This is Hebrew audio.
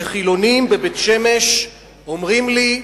שחילונים בבית-שמש אומרים לי,